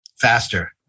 faster